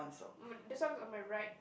m~ this one is on my right